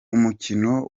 umukino